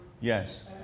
Yes